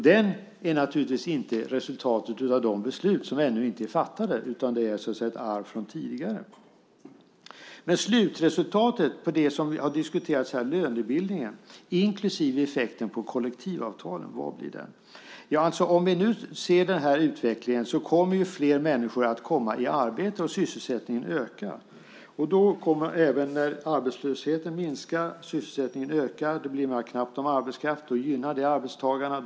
Det är naturligtvis inte resultatet av de beslut som ännu inte är fattade. Det är ett arv från tidigare. Vad blir slutresultatet av lönebildningen som har diskuterats här, inklusive effekten på kollektivavtalen? Med den här utvecklingen kommer flera människor i arbete och sysselsättningen ökar. När arbetslösheten minskar, sysselsättningen ökar och det blir knappt om arbetskraft gynnas arbetstagarna.